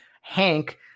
Hank